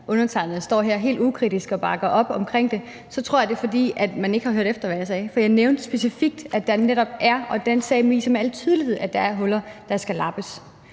undertegnede står her helt ukritisk og bakker op omkring det, tror jeg, det er, fordi man ikke har hørt efter, hvad jeg sagde. For jeg nævnte specifikt, at der netop er – og det viser den sag med al tydelighed – huller, der skal lappes.